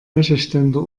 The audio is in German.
wäscheständer